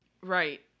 right